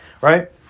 right